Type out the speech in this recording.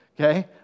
okay